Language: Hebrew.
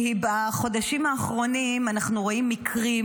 בחודשים האחרונים אנחנו רואים מקרים